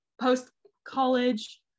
Post-college